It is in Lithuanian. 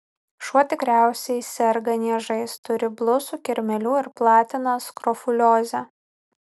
šuo tikriausiai serga niežais turi blusų kirmėlių ir platina skrofuliozę